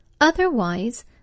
Otherwise